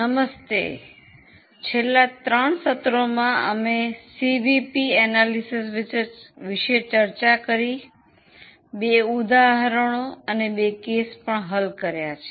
નમસ્તે છેલ્લા ત્રણ સત્રોમાં અમે સીવીપી વિશ્લેષણ વિશે ચર્ચા કરી બે ઉદાહરણો અને બે કેસ પણ હલ કર્યા છે